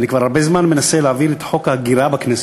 אני כבר הרבה זמן מנסה להעביר את חוק ההגירה בכנסת.